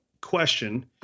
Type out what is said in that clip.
question